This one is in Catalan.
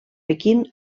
pequín